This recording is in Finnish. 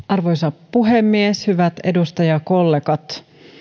arvoisa puhemies hyvät edustajakollegat